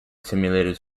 simulators